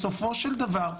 בסופו של דבר,